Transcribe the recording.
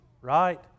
right